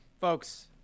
Folks